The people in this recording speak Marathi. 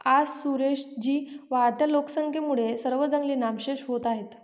आज सुरेश जी, वाढत्या लोकसंख्येमुळे सर्व जंगले नामशेष होत आहेत